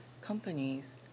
companies